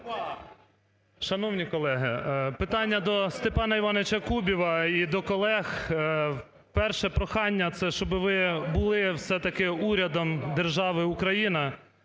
Шановні колеги, питання до Степана Івановича Кубіва і до колег. Перше прохання, щоби ви були все-таки урядом держави Україна,